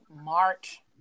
March